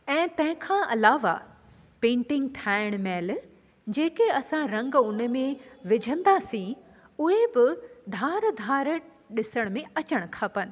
ऐं तंहिंखा अलावा पेंटिंग ठाहिण महिल जेके असां रंग उनमें विझंदासीं उहे बि धार धार ॾिसण में अचणु खपनि